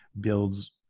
builds